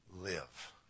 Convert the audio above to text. live